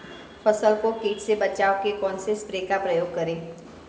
फसल को कीट से बचाव के कौनसे स्प्रे का प्रयोग करें?